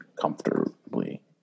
comfortably